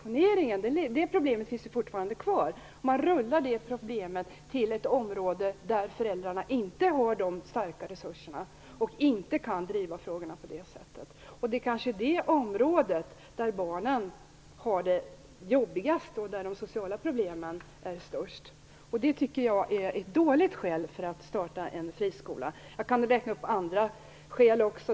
Då rullar man bara problemet med överdimensioneringen till ett annat område, där föräldrarna inte har så starka resurser och inte kan driva frågan på det sättet. Det kanske drabbar ett område där barnen har det jobbigast och där de sociala problemen är störst. Jag kan räkna upp andra dåliga skäl också.